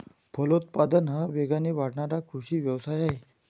फलोत्पादन हा वेगाने वाढणारा कृषी व्यवसाय आहे